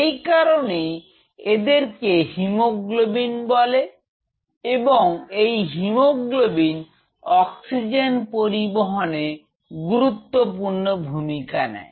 এই কারণেই এদেরকে হিমোগ্লোবিন বলে এবং এই হিমোগ্লোবিন অক্সিজেন পরিবহনে গুরুত্বপূর্ণ ভূমিকা নেয়